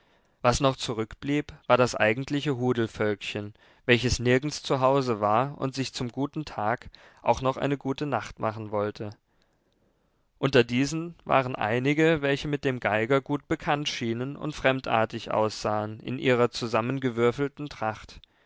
was noch zurückblieb war das eigentliche hudelvölkchen welches nirgends zu hause war und sich zum guten tag auch noch eine gute nacht machen wollte unter diesen waren einige welche mit dem geiger gut bekannt schienen und fremdartig aussahen in ihrer zusammengewürfelten tracht